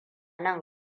nan